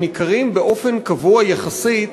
שניכרים באופן קבוע יחסית,